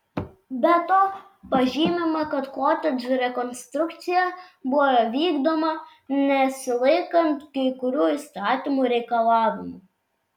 be to pažymima kad kotedžų rekonstrukcija buvo vykdoma nesilaikant kai kurių įstatymų reikalavimų